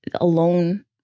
alone